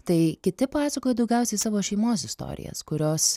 tai kiti pasakojo daugiausiai savo šeimos istorijas kurios